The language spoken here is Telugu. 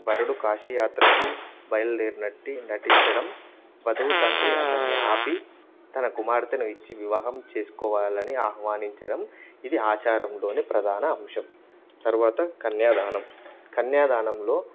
వరుడు కాశీయాత్రకు బయలుదేరినట్టి నటించడం బధువు తండ్రి అతన్ని ఆపి తన కుమార్తను ఇచ్చి వివాహం చేసుకోవాలని ఆహ్వానించడం ఇది ఆచారంలోని ప్రధాన అంశం తర్వాత కన్యాదానం కన్యాదానంలో